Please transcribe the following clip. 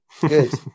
Good